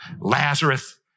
Lazarus